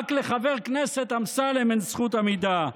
רק לחבר הכנסת אמסלם אין זכות עמידה.